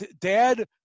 Dad